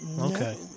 Okay